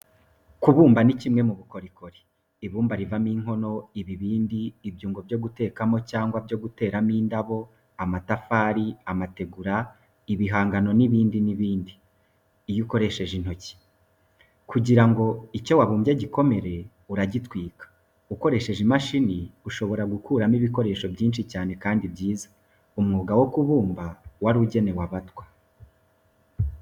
Kubumba ni kimwe mu bukorikori. Ibumba rivamo inkono, ibibindi, ibyungo byo gutekamo cyangwa byo guteramo indabo, amatafari, amategura, ibihangano n'ibindi n'ibindi, iyo ukoresheje intoki. Kugira ngo icyo wabumbye gikomere, uragitwika. Ukoresheje imashini ushobora gukuramo ibikoresho byinshi cyane kandi byiza. Umwuga wo kubumba wari ugenewe abatwa.